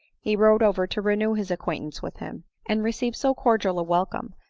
he rode over to renew his acquaintance with him and re ceived so cordial a welcome,